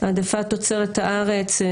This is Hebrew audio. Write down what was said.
העדפת תוצרת הארץ,